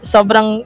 Sobrang